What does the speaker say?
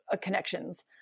connections